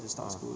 ah